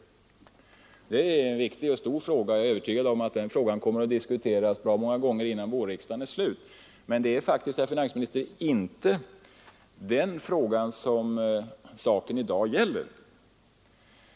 Det är en viktig och stor fråga. Jag är övertygad om att den frågan kommer att diskuteras bra många gånger innan vårriksdagen är slut. Men det är faktiskt, herr finansminister, inte den frågan det i dag gäller.